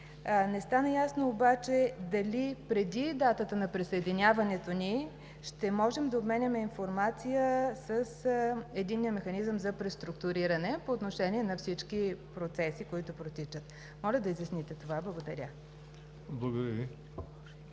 Не стана ясно обаче дали преди датата на присъединяването ни ще можем да обменяме информация с Единния механизъм за преструктуриране по отношение на всички процеси, които протичат? Моля да изясните това. Благодаря.